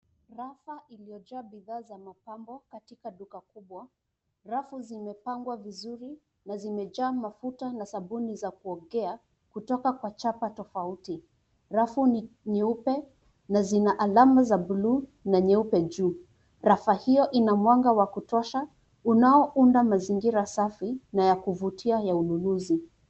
Rafa iliyojaa bidhaa za mapambo katika duka kubwa. Rafu zimepangwa vizuri na zimejaa mafuta na sabuni za kuogea kutoka kwa chapa tofauti. Rafu ni nyeupe na zina alama za bluu na nyeupe juu. Rafa hiyo ina mwanga wa kutosha unaounda mazingira safi na ya kuvutia ya ununuzi.